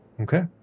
Okay